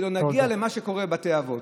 שלא נגיע למה שקורה בבתי האבות.